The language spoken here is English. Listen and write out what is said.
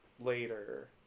later